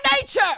nature